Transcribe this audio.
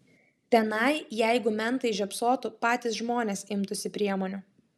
tenai jeigu mentai žiopsotų patys žmonės imtųsi priemonių